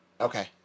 Okay